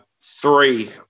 Three